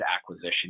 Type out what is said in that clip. acquisition